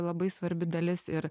labai svarbi dalis ir